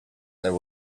there